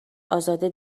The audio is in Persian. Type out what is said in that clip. ازاده